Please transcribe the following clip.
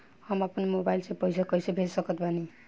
हम अपना मोबाइल से पैसा कैसे भेज सकत बानी?